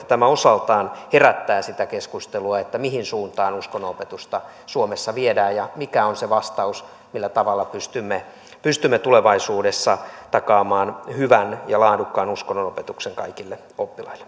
tämä osaltaan herättää sitä keskustelua mihin suuntaan uskonnonopetusta suomessa viedään ja mikä on se vastaus millä tavalla pystymme pystymme tulevaisuudessa takaamaan hyvän ja laadukkaan uskonnonopetuksen kaikille oppilaille